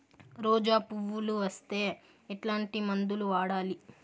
రోజా పువ్వులు వస్తే ఎట్లాంటి మందులు వాడాలి?